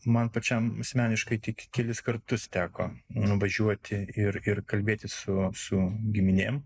man pačiam asmeniškai tik kelis kartus teko nuvažiuoti ir ir kalbėti su su giminėm